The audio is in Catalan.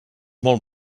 molt